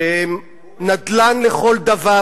שהן נדל"ן לכל דבר,